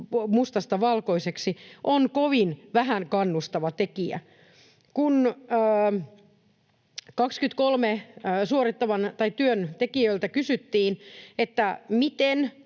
mustasta valkoiseksi, on kovin vähän kannustava tekijä. Kun 23 työntekijöiltä kysyttiin, miten